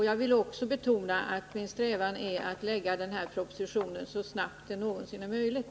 Jag vill också betona att min strävan är att lägga fram den här propositionen så snabbt det någonsin är möjligt.